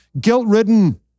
guilt-ridden